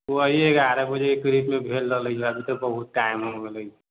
वहि एगारह बजेके करीबमे भेल रहले रहय बहुत टाइम हो गेलै